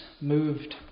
moved